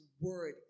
word